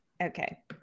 Okay